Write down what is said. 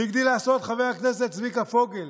והגדיל לעשות חבר הכנסת צביקה פוגל,